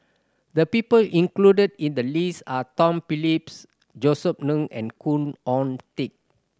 the people included in the list are Tom Phillips Josef Ng and Khoo Oon Teik